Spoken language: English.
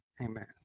Amen